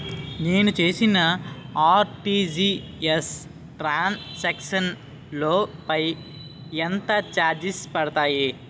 నేను చేసిన RTGS transaction లో పై ఎంత చార్జెస్ పడతాయి?